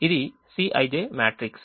ఇది Cij matrix